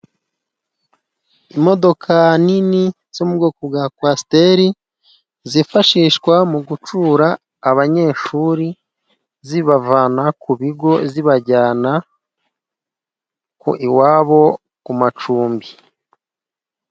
Imodoka nini zo mu bwoko bwa kowasiteri zifashishwa mu gucyura abanyeshuri zibavana ku bigo zibajyana iwabo ku macumbi.